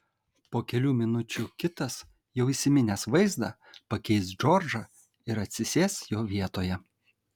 po kelių minučių kitas jau įsiminęs vaizdą pakeis džordžą ir atsisės jo vietoje